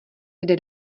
kde